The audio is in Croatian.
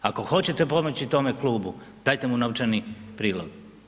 Ako hoćete pomoći tome klubu, dajte mu novčani prilog.